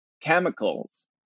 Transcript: chemicals